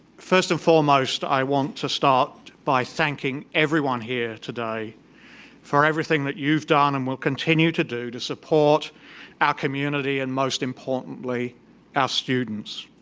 first and foremost i want to start by thanking everyone here today for everything that you've done and will continue to do to support our community and most importantly our students.